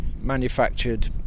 manufactured